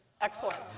Excellent